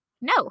no